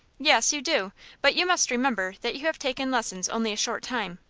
yes, you do but you must remember that you have taken lessons only a short time.